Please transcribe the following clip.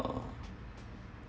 uh